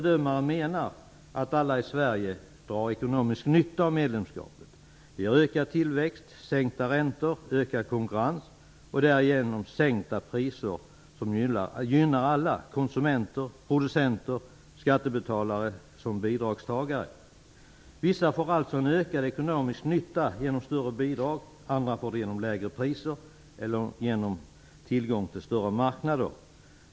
Det ger ökad tillväxt, sänkta räntor, ökad konkurrens och därigenom sänkta priser som gynnar alla - konsumenter, producenter, skattebetalare och bidragstagare. Vissa får alltså ökad ekonomisk nytta genom större bidrag, andra får det genom lägre priser eller genom tillgång till större marknader.